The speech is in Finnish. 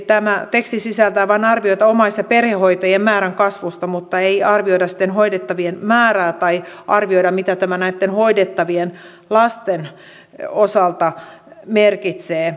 tämä teksti sisältää vain arvioita omais ja perhehoitajien määrän kasvusta mutta ei arvioida hoidettavien määrää tai arvioida mitä tämä näitten hoidettavien lasten osalta merkitsee